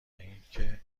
اینکه